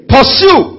Pursue